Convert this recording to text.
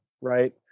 Right